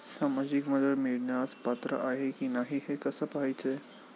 सामाजिक मदत मिळवण्यास पात्र आहे की नाही हे कसे पाहायचे?